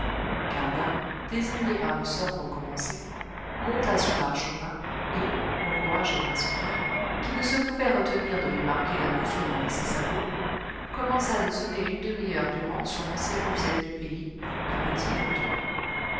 carnat désigné par le sort pour commencer monta sur l'arche au pain et encouragé par son père qui ne se pouvait retenir de lui marquer la mesure avec ses sabots commença de sonner une demi-heure durant sur l'ancienne musette du pays à petit bourdon